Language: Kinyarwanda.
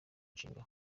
nshinga